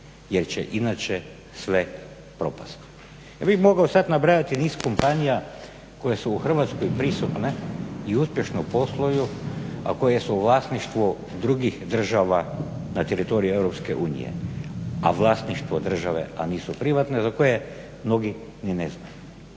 jer će inače sve propasti. Ja bih mogao sad nabrajati niz kompanija koje su u Hrvatskoj prisutne i uspješno posluju, a koje su u vlasništvu drugih država na teritoriju Europske unije, a vlasništvo države, a nisu privatne, za koje mnogi ni ne znaju.